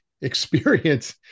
experience